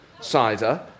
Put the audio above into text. cider